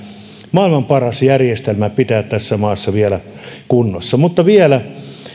maailman paras järjestelmä pitää tässä maassa vielä kunnossa mutta vielä